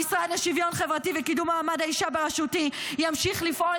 המשרד לשוויון חברתי וקידום מעמד האישה בראשותי ימשיך לפעול